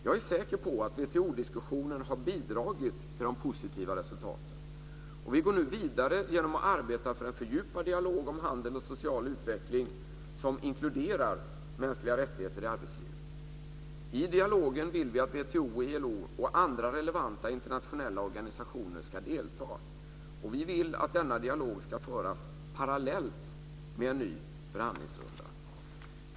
Jag är säker på att WTO-diskussioner har bidragit till de positiva resultaten. Vi går nu vidare genom att arbeta för en fördjupad dialog om handel och social utveckling som inkluderar mänskliga rättigheter i arbetslivet. I dialogen vill vi att ILO, WTO och andra relevanta internationella organisationer ska delta, och vi vill att denna dialog ska föras parallellt med en ny förhandlingsrunda.